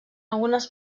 algunes